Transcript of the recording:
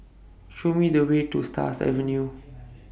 Show Me The Way to Stars Avenue